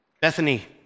Bethany